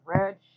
red